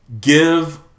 Give